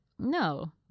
no